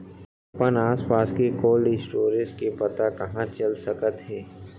अपन आसपास के कोल्ड स्टोरेज के पता कहाँ चल सकत हे?